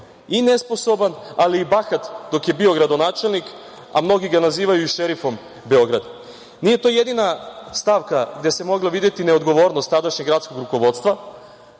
i nesposoban, ali i bahat dok je bio gradonačelnik, a mnogi ga nazivaju i šerifom Beograda. Nije to jedina stavka gde se mogla videti neodgovornost tadašnjeg gradskog rukovodstva.